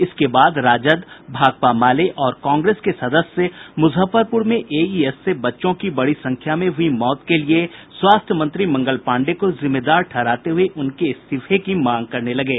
इसके बाद राष्ट्रीय जनता दल भाकपा माले और कांग्रेस के सदस्य मुजफ्फरपुर में एईएस से बच्चों की बड़ी संख्या में हुई मौत के लिए स्वास्थ्य मंत्री मंगल पांडेय को जिम्मेदार ठहराते हुए उनके इस्तीफे की मांग करने लगे